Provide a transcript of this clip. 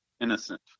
innocent